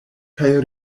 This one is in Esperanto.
kaj